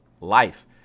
life